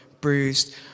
bruised